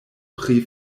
pri